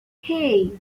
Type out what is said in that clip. hey